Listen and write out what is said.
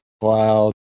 cloud